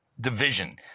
division